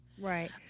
Right